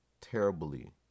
terribly